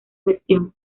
gestión